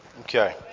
okay